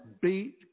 beat